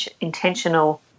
intentional